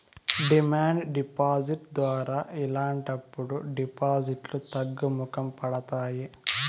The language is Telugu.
డిమాండ్ డిపాజిట్ ద్వారా ఇలాంటప్పుడు డిపాజిట్లు తగ్గుముఖం పడతాయి